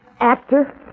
actor